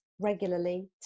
regularly